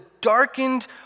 darkened